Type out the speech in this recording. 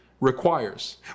requires